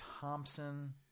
Thompson